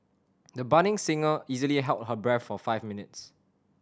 the budding singer easily held her breath for five minutes